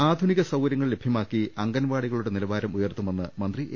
ആധുനിക സൌകര്യങ്ങൾ ലഭ്യമാക്കി അംഗൻവാടികളുടെ നില വാരം ഉയർത്തുമെന്ന് മന്ത്രി എ